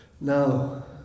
Now